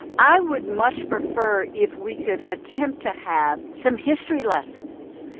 i would much prefer if we could attempt to have some history lessons.